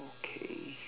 okay